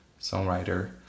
songwriter